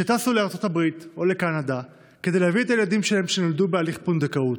שטסו לארצות הברית או לקנדה כדי להביא את הילדים שנולדו בהליך פונדקאות.